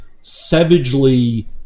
savagely